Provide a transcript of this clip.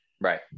Right